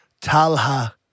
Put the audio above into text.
Talha